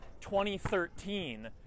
2013